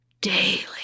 daily